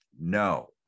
no